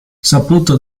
saputo